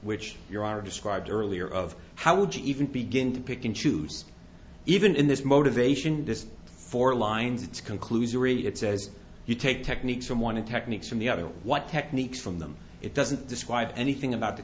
which your are described earlier of how would you even begin to pick and choose even in this motivation this four lines its conclusion really it says you take techniques from one and techniques from the other what techniques from them it doesn't describe anything about the